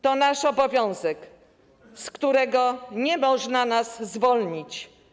To nasz obowiązek, z którego nie można nas zwolnić.